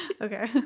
okay